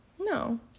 No